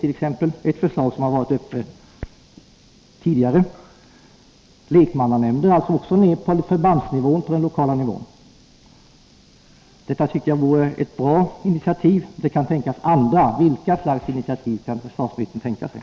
Ett förslag som tidigare har varit uppe till diskussion är inrättandet av lekmannanämnder på förbandsnivå. Det tycker Nr 17 jag vore ett bra initiativ. Det kan finnas andra. Vilka slags initiativ kan Fredagen den försvarsministern tänka sig?